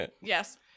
Yes